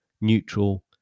neutral